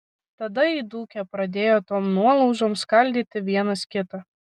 tada įdūkę pradėjo tom nuolaužom skaldyti vienas kitą